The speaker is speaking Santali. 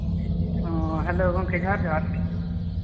ᱦᱮᱞᱳ ᱜᱚᱢᱠᱮ ᱡᱚᱦᱟᱨ ᱡᱚᱦᱟᱨ